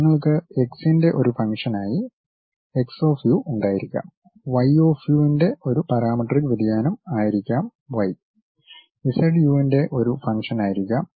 നിങ്ങൾക്ക് എക്സിന്റെ ഒരു ഫംഗ്ഷനായി എക്സ് ഓഫ് യു ഉണ്ടായിരിക്കാം വൈ ഓഫ് യു ൻ്റെ ഒരു പാരാമെട്രിക് വ്യതിയാനം ആയിരിക്കാം വൈ ഇസഡ് യുൻ്റെ ഒരു ഫംഗ്ഷൻ ആയിരിക്കാം